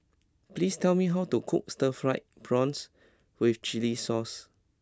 please tell me how to cook Stir Fried Prawns with Chili Sauce